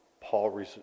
Paul